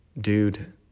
dude